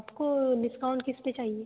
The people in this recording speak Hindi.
आपको डिस्काउंट किस पे चाहिए